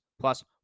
Plus